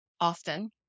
often